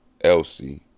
Elsie